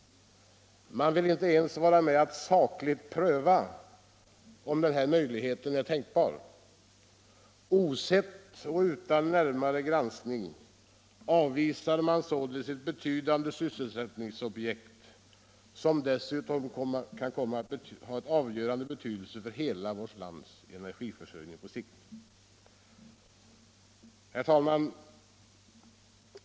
Man vill inte ens vara med om att sakligt pröva om den här möjligheten är tänkbar. Osett och utan närmare granskning avvisar man således ett betydande sysselsättningsobjekt som dessutom kan komma att ha avgörande betydelse för hela vårt lands energiförsörjning på sikt. Herr talman!